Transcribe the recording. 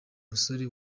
musore